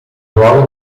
ruolo